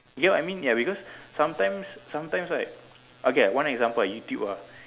you get what I mean ya because sometimes sometimes right okay one example YouTube ah